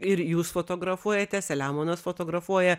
ir jūs fotografuojate selemonas fotografuoja